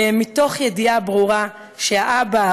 מתוך ידיעה ברורה שהאבא,